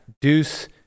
deuce